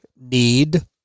need